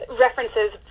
references